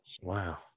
wow